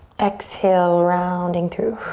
exhale, rounding through.